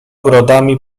ogrodami